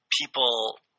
people